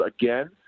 again